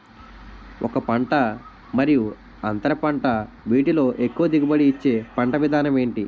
ఒక పంట మరియు అంతర పంట వీటిలో ఎక్కువ దిగుబడి ఇచ్చే పంట విధానం ఏంటి?